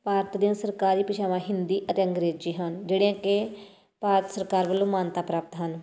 ਭਾਰਤ ਦੀਆਂ ਸਰਕਾਰੀ ਭਾਸ਼ਾਵਾਂ ਹਿੰਦੀ ਅਤੇ ਅੰਗਰੇਜ਼ੀ ਹਨ ਜਿਹੜੀਆਂ ਕਿ ਭਾਰਤ ਸਰਕਾਰ ਵੱਲੋਂ ਮਾਨਤਾ ਪ੍ਰਾਪਤ ਹਨ